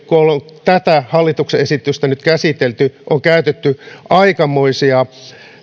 kun on tätä hallituksen esitystä nyt käsitelty on käytetty aikamoisia